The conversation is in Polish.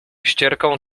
ścierką